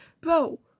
Bro